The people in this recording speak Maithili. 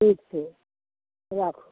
ठीक छै राखू